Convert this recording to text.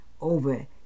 over